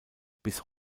bis